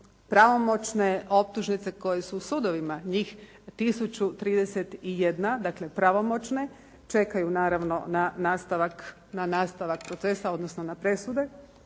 pravomoćne optužnice koje su u sudovima, njih 1031 dakle pravomoćne čekaju naravno na nastavak procesa, odnosno na presude,